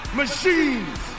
machines